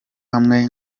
hamwe